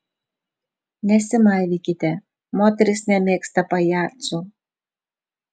nesimaivykite moterys nemėgsta pajacų